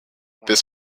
this